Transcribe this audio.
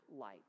light